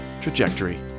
Trajectory